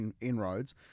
inroads